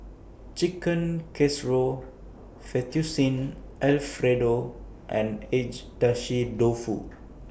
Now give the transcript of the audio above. Chicken Casserole Fettuccine Alfredo and Agedashi Dofu